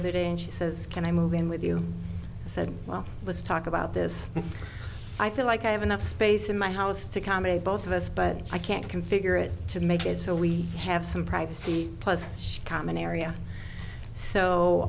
other day and she says can i move in with you said well let's talk about this i feel like i have enough space in my house to accommodate both of us but i can't configure it to make it so we have some privacy plus common area so